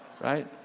right